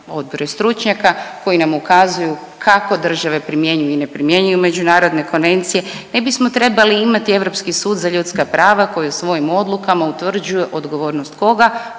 odbori stručnjaka, koji nam ukazuju kako države primjenjuju i ne primjenjuju međunarodne konvencije, ne bismo trebali imati Europski sud za ljudska prava koji u svojim odlukama utvrđuje odgovornost koga,